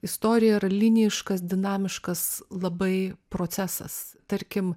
istorija yra linijiškas dinamiškas labai procesas tarkim